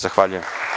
Zahvaljujem.